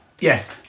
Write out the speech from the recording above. Yes